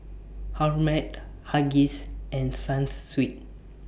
Huggies and Sunsweet